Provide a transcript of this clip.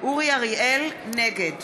נגד